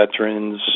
veterans